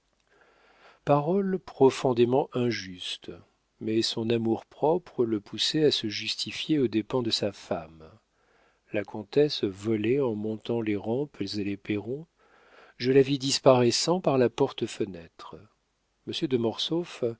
paroles profondément injustes mais son amour-propre le poussait à se justifier aux dépens de sa femme la comtesse volait en montant les rampes et les perrons je la vis disparaissant par la porte-fenêtre monsieur de